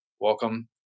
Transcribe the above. Welcome